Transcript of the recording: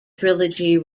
trilogy